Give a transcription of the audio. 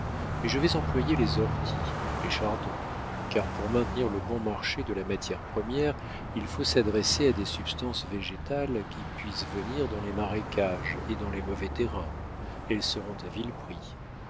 mais je vais employer les orties les chardons car pour maintenir le bon marché de la matière première il faut s'adresser à des substances végétales qui puissent venir dans les marécages et dans les mauvais terrains elles seront à vil prix